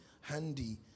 handy